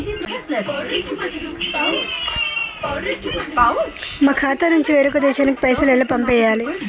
మా ఖాతా నుంచి వేరొక దేశానికి పైసలు ఎలా పంపియ్యాలి?